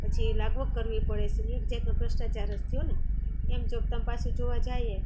પછી લાગવગ કરવી પડે છે એ એક જાતનો ભ્રષ્ટાચાર થયોને એમ જો તમે પાસું જોવા જઈએ